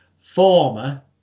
former